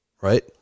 Right